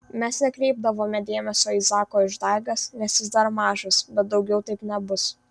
mes nekreipdavome dėmesio į zako išdaigas nes jis dar mažas bet daugiau taip nebus